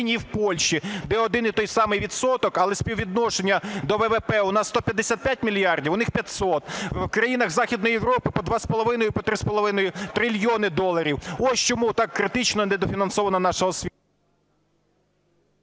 і в Польщі? Де один і той самий відсоток, але співвідношення до ВВП у нас 155 мільярдів, у них – 500. В країнах Західної Європи по 2,5-3,5 трильйони доларів. Ось чому так критично недофінансована наша освіта…